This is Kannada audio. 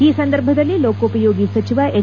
ಈ ಸಂದರ್ಭದಲ್ಲಿ ರೋಕೋಪಯೋಗಿ ಸಚಿವ ಎಚ್